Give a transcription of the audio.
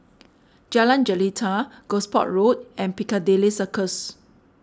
Jalan Jelita Gosport Road and Piccadilly Circus